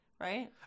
Right